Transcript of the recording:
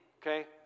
okay